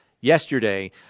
yesterday